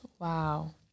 Wow